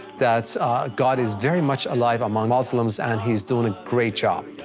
that god is very much alive among muslims and he is doing a great job.